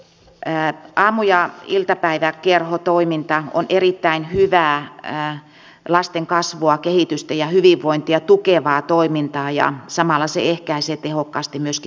aamu ja iltapäiväkerhotoiminta on erittäin hyvää lasten kasvua kehitystä ja hyvinvointia tukevaa toimintaa ja samalla se ehkäisee tehokkaasti myöskin syrjäytymistä